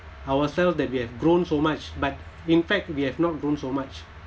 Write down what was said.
ourselves that we have grown so much but in fact we have not grown so much